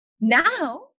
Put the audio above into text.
now